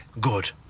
good